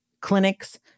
clinics